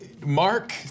Mark